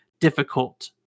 difficult